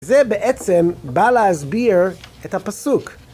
זה בעצם בא להסביר את הפסוק.